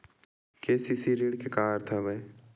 KCC ऋण के का अर्थ हवय?